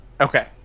Okay